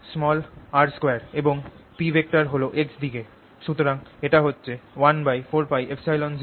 সুতরাং এটা হচ্ছে 14πε04πR3P3sin θ'cos Փ'r2 যেটা হল পোটেনশিয়াল